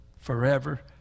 forever